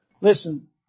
listen